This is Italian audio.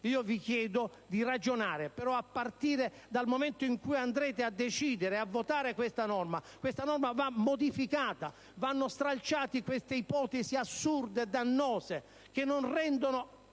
Io vi chiedo di ragionare, a partire dal momento in cui andrete a decidere e a votare su questa norma, questa norma va modificata, vanno stralciate queste ipotesi assurde e dannose, che non rendono